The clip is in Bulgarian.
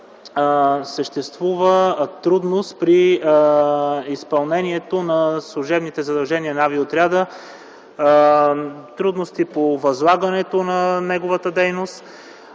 съществува трудност при изпълнението на служебните задължения на Авиоотряда по възлагането на неговата дейност